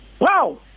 Wow